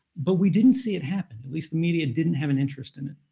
but we didn't see it happen. at least, the media didn't have an interest in it.